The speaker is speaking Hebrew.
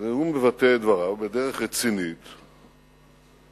והוא מבטא את דבריו בדרך רצינית, כולם